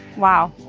wow.